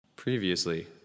Previously